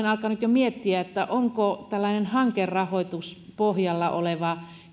jo miettiä onko tällainen hankerahoituspohjalla oleva